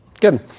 good